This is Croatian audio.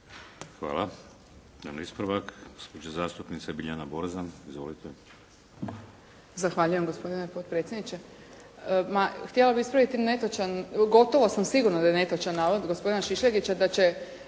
Hvala. Imamo ispravak. Gospođa zastupnica Biljana Borzan. Izvolite. **Borzan, Biljana (SDP)** Zahvaljujem gospodine potpredsjedniče. Htjela bih ispraviti netočan, gotovo sam sigurna da je netočan navod gospodina Šišljagića da će